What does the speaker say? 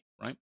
right